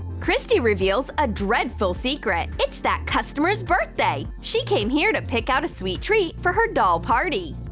christy reveals a dreadful secret it's that customer's birthday! she came here to pick out a sweet treat for her doll party!